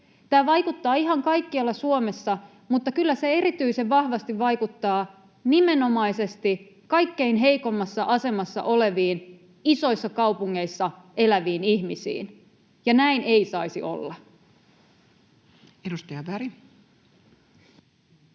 Tämä vaikuttaa ihan kaikkialla Suomessa, mutta kyllä se erityisen vahvasti vaikuttaa nimenomaisesti kaikkein heikoimmassa asemassa oleviin, isoissa kaupungeissa eläviin ihmisiin. Ja näin ei saisi olla. Edustaja Berg.